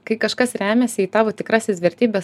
kai kažkas remiasi į tavo tikrasis vertybes